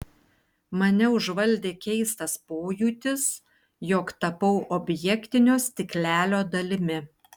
mane užvaldė keistas pojūtis jog tapau objektinio stiklelio dalimi